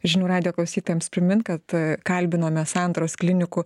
žinių radijo klausytojams priminti kad kalbinome santaros klinikų